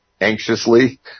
anxiously